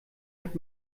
hat